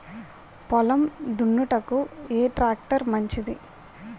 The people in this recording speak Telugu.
పొలం దున్నుటకు ఏ ట్రాక్టర్ మంచిది?